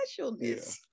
specialness